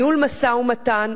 ניהול משא-ומתן,